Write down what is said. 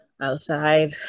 outside